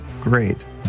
great